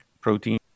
protein